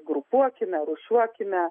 grupuokime rūšiuokime